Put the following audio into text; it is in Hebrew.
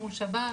מול שב"ס,